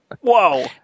Whoa